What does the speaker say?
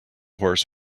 horse